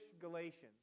Galatians